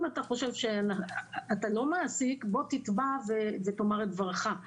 אתה חושב שאתה לא מעסיק בוא תתבע ותאמר את דברך.